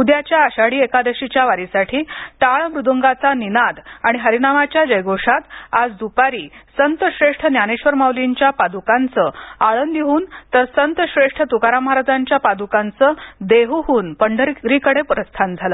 उद्याच्या आषाढी एकादशीच्या वारीसाठी टाळ मृदंगाचा निनाद आणि हरिनामाच्या जयघोषात आज द्पारी संतश्रेष्ठ ज्ञानेश्वर माउलींच्या पाद्कांचं आळंदीहन तर संत श्रेष्ठ त्काराम महाराजांच्या पाद्कांच देह हन पंढरीकडे प्रस्थान झालं